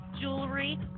jewelry